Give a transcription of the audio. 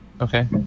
Okay